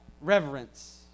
reverence